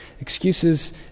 excuses